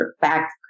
back